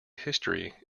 history